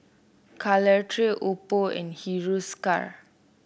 Caltrate Oppo and Hiruscar